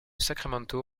sacramento